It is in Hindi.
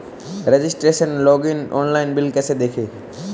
रजिस्ट्रेशन लॉगइन ऑनलाइन बिल कैसे देखें?